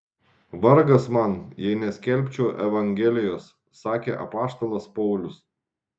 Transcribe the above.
vargas man jei neskelbčiau evangelijos sakė apaštalas paulius